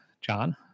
John